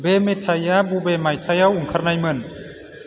बे मेथाइआ बबे मायथाइयाव ओंखारनायमोन